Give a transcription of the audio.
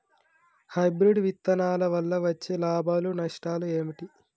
Hybrid విత్తనాల వల్ల వచ్చే లాభాలు నష్టాలు ఏమిటి?